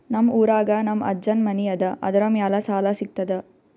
ನಮ್ ಊರಾಗ ನಮ್ ಅಜ್ಜನ್ ಮನಿ ಅದ, ಅದರ ಮ್ಯಾಲ ಸಾಲಾ ಸಿಗ್ತದ?